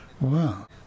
Wow